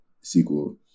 sequel